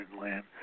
land